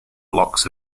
blocks